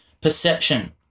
perception